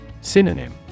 Synonym